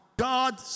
God